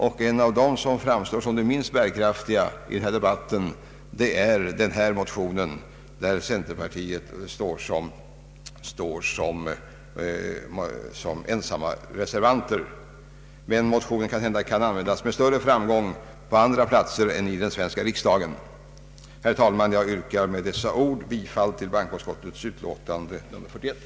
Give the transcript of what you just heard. En av de motioner som framstår såsom minst bärkraftig i denna debatt är den motion som resulterat i den föreliggande reservationen. Den kan sannolikt användas med större framgång på andra platser och i andra debatter just nu än i den svenska riksdagen. Herr talman! Jag kommer att yrka bifall till bankoutskottets utlåtande nr 41.